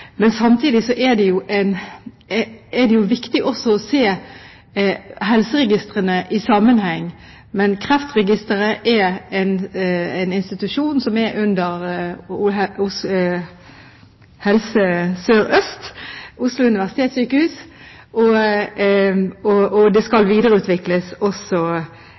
Men samtidig er det viktig å se helseregistrene i sammenheng. Kreftregisteret er en institusjon under Helse Sør-Øst, Oslo universitetssykehus. Det skal videreutvikles